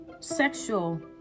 sexual